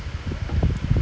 but actually though like